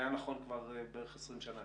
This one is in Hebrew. היה נכון כבר 20 שנים.